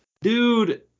dude